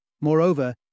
Moreover